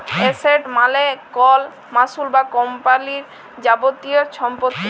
asset মালে কল মালুস বা কম্পালির যাবতীয় ছম্পত্তি